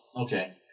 okay